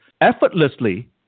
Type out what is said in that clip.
effortlessly